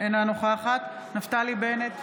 אינה נוכחת נפתלי בנט,